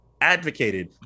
advocated